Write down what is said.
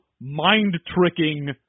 mind-tricking